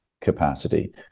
capacity